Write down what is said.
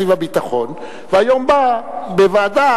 לאחר שביום י"ג בטבת,